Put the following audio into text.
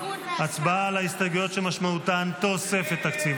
הצבעה על ההסתייגויות שמשמעותן תוספת תקציב.